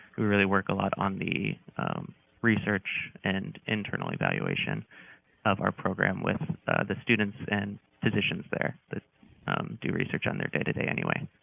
we really work a lot on the research and internal evaluation of our program with the students and physicians there that do research on their day-to-day anyway.